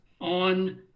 on